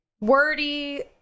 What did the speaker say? Wordy